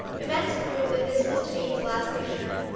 events proved that this was to be his last picture,